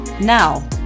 Now